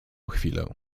chwilę